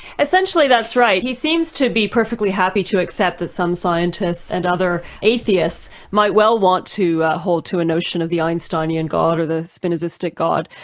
essentially that's right. he seems to be perfectly happy to accept that some scientists and other atheists might well want to hold to a notion of the einsteinian god or the spinozistic god,